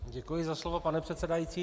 Děkuji za slovo, pane předsedající.